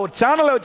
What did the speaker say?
channel